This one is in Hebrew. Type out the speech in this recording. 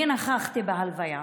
אני נכחתי בהלוויה